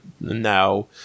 now